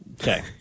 Okay